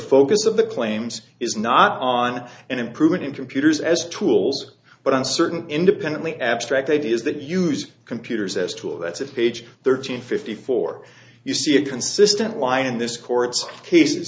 focus of the claims is not on an improvement in computers as tools but on certain independently abstract ideas that use computers as tool that's at page thirteen fifty four you see a consistent lie in this court's cases